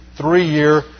three-year